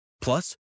Plus